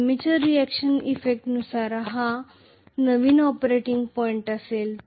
armature reaction इफेक्टनुसार हा नवीन ऑपरेटिंग पॉईंट असेल